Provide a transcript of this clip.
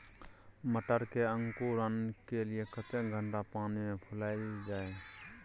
मटर के अंकुरण के लिए कतेक घंटा पानी मे फुलाईल जाय?